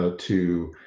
ah to